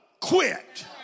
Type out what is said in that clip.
quit